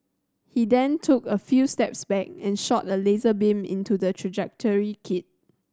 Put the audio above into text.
he then took a few steps back and shot a laser beam into the trajectory kit